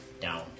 down